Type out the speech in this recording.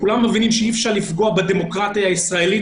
כולם מבינים שאי-אפשר לפגוע בדמוקרטיה הישראלית,